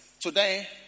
today